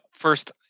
first